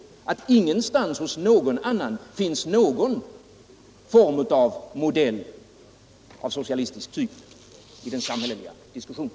Ingen annanstans, inte hos någon annan, finns en modell av socialistisk typ i den samhälleliga diskussionen.